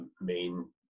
main